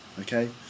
okay